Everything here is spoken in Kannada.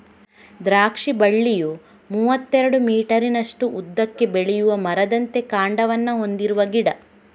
ದ್ರಾಕ್ಷಿ ಬಳ್ಳಿಯು ಮೂವತ್ತೆರಡು ಮೀಟರಿನಷ್ಟು ಉದ್ದಕ್ಕೆ ಬೆಳೆಯುವ ಮರದಂತೆ ಕಾಂಡವನ್ನ ಹೊಂದಿರುವ ಗಿಡ